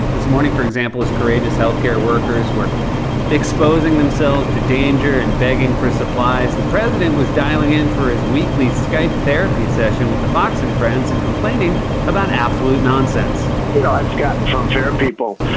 this morning, for example, as courageous health care workers were exposing themselves to danger and begging for supplies, the president was dialing in for his weekly skype therapy session with the fox and friends and complaining about absolute nonsense. you know, i've gotten from fair people,